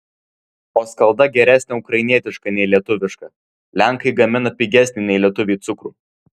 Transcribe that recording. o skalda geresnė ukrainietiška nei lietuviška lenkai gamina pigesnį nei lietuviai cukrų